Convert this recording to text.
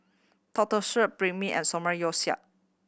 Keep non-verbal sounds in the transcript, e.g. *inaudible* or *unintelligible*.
*unintelligible* Banh Mi and Samgeyopsal